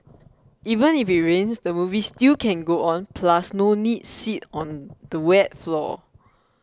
even if it rains the movie still can go on plus no need sit on the wet floor